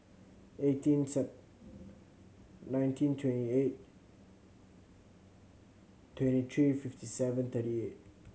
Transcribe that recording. eighteen Sep nineteen twenty eight twenty three fifty seven thirty eight